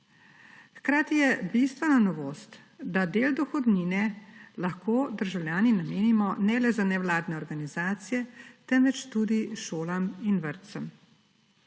Hkrati je bistvena novost, da del dohodnine lahko državljani namenimo ne le za nevladne organizacije, temveč tudi šolam in vrtcem.